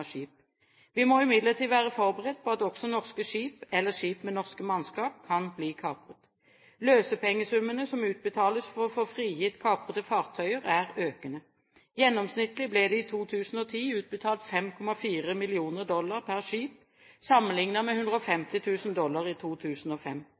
Vi må imidlertid være forberedt på at også norske skip eller skip med norsk mannskap kan bli kapret. Løsepengesummene som utbetales for å få frigitt kaprede fartøyer, er økende. Gjennomsnittlig ble det i 2010 utbetalt 5,4 millioner dollar per skip, mot 150 000 dollar i 2005. En slik utvikling understreker behovet for at arbeidet med